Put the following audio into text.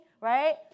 right